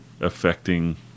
affecting